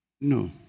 No